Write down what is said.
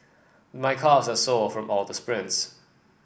my calves are sore from all the sprints